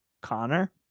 connor